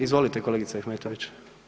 Izvolite kolegice Ahmetović.